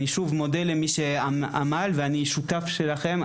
אני שוב מודה למי שעמל, ואני שותף שלכם.